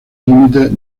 límites